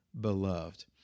Beloved